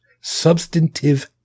substantive